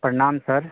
प्रणाम सर